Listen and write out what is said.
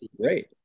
great